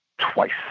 twice